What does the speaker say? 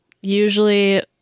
Usually